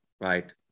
Right